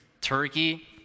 Turkey